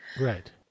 Right